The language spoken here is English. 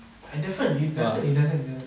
I definitely it doesn't it doesn't